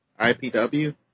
IPW